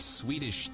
Swedish